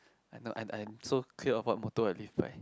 I know I'm I'm so clear of what motto I live by